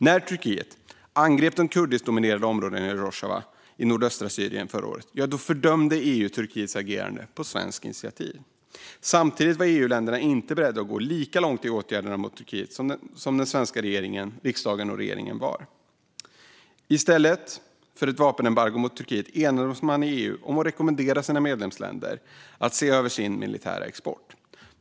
När Turkiet angrep det kurdiskdominerade området Rojava i nordöstra Syrien förra året fördömde EU Turkiets agerande på svenskt initiativ. Samtidigt var EU-länderna inte beredda att gå lika långt i åtgärderna mot Turkiet som den svenska riksdagen och regeringen var. I stället för ett vapenembargo mot Turkiet enades man i EU om att rekommendera sina medlemsländer att se över sin militära export.